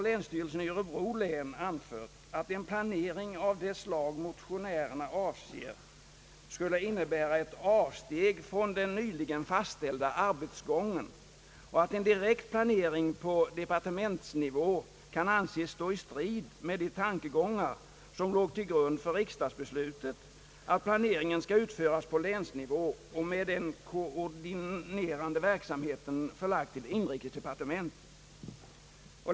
Länsstyrelsen i Örebro län har anfört, att en planering av det slag motionärerna avser skulle innebära ett avsteg från den nyligen fastställda arbetsgången och att en direkt planering på departementsnivå kan anses stå i strid med de tankegångar, som låg till grund för riksdagsbeslutet att planeringen skall utföras på länsnivå med den koordinerande verksamheten förlagd till inrikesdepartementet.